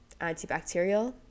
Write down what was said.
antibacterial